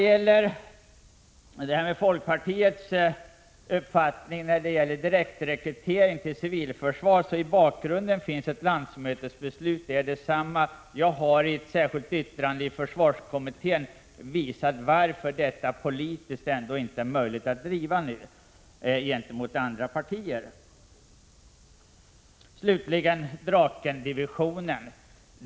Grunden till folkpartiets uppfattning när det gäller direktrekrytering till civilförsvaret är ett landsmötesbeslut. Jag har i ett särskilt yttrande i försvarskommittén visat varför det inte är politiskt möjligt att med framgång driva detta förslag gentemot andra partier. Slutligen till frågan om Drakendivisioner.